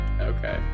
Okay